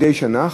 מדי שנה,